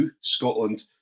Scotland